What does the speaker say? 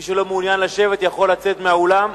מי שלא מעוניין לשבת יכול לצאת מהאולם.